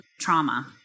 trauma